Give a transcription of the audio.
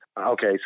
Okay